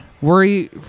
Worry